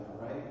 right